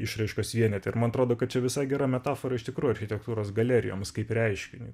išraiškos vienete ir man atrodo kad čia visai gera metafora iš tikrųjų architektūros galerijoms kaip reiškiniui